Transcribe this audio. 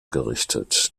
gerichtet